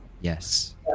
Yes